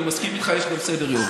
אני מסכים איתך, יש גם סדר-יום.